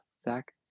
Zach